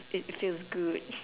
it it feels good